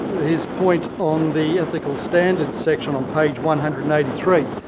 his point on the ethical standards section on page one hundred and eighty three.